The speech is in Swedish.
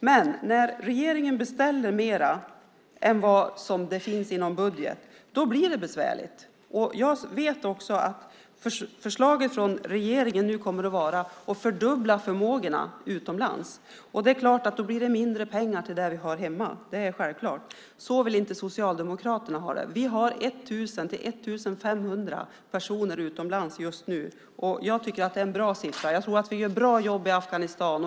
Men när regeringen beställer mer än vad som ryms inom budget blir det besvärligt. Jag vet att regeringens förslag kommer att vara att fördubbla förmågorna utomlands. Då blir det mindre pengar till det vi har hemma. Det är självklart. Men så vill inte Socialdemokraterna ha det. Vi har 1 000-1 500 personer utomlands just nu. Det är en bra siffra. Jag tror att vi gör ett bra jobb i Afghanistan.